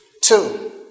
Two